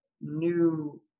new